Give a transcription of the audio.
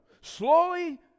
slowly